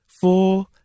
four